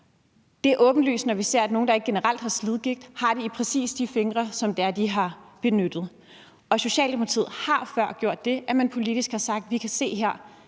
Det er åbenlyst, når vi ser, at nogle, der generelt ikke har slidgigt, har det i præcis de fingre, som de har benyttet. Socialdemokraterne har før gjort det, at man politisk har sagt, at man her